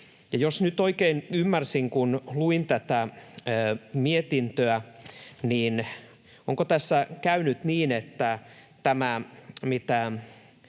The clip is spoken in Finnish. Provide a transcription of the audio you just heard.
Jos nyt oikein ymmärsin, kun luin tätä mietintöä, niin onko tässä käynyt näin kuten keskustan